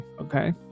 okay